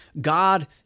God